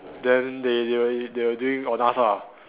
then they they were they were doing on us ah